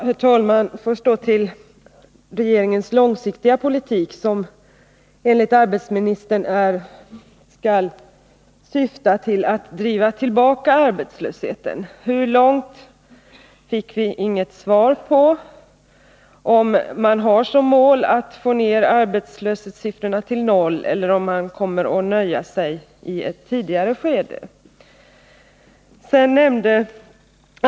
Herr talman! Först till frågan om regeringens långsiktiga politik, som enligt arbetsmarknadsministern skall syfta till att driva tillbaka arbetslösheten. Hur långt den skall drivas tillbaka fick vi inget besked om. Vi fick inte veta om man har som mål att få ned arbetslöshetssiffrorna till noll eller om man kommer att nöja sig med att stanna i ett tidigare skede.